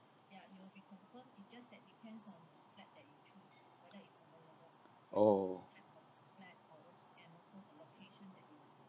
oh